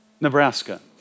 Nebraska